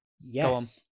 Yes